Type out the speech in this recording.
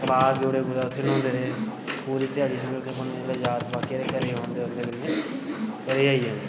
तलाऽ गे उठी उत्थै न्होंदे रेह् पूरी ध्याड़ी समझो उत्थै भन्ननी जागत बाकी आह्ले घरें औंदे उं'दे कन्नै घरै गी आई जाना